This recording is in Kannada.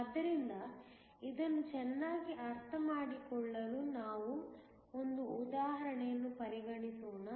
ಆದ್ದರಿಂದ ಇದನ್ನು ಚೆನ್ನಾಗಿ ಅರ್ಥಮಾಡಿಕೊಳ್ಳಲು ನಾವು ಒಂದು ಉದಾಹರಣೆಯನ್ನು ಪರಿಗಣಿಸೋಣ